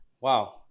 wow